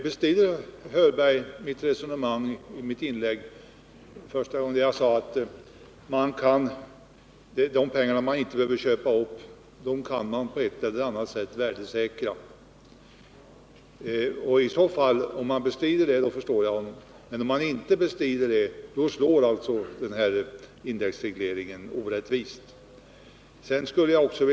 Bestrider herr Hörberg vad jag sade i mitt inlägg, att de pengar höginkomsttagare inte behöver köpa upp kan på ett eller annat sätt värdesäkras? Om herr Hörberg bestrider detta förstår jag honom, men om han inte bestrider det, slår alltså indexregleringen orättvist.